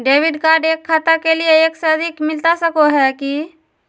Debit card एक खाता के लिए एक से अधिक मिलता सको है की?